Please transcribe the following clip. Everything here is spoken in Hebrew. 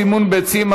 סימון ביצים),